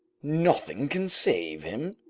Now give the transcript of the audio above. nothing can save him?